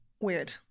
Weird